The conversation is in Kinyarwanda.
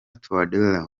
touadera